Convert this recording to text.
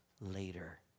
later